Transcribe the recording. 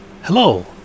Hello